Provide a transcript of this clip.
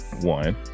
One